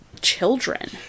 children